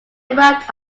arrived